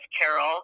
Carol